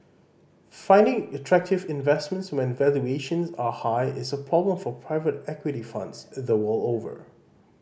finding attractive investments when valuations are high is a problem for private equity funds the world over